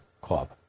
club